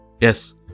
Yes